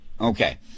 Okay